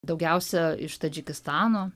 daugiausia iš tadžikistano